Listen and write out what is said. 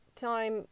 time